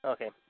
Okay